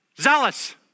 zealous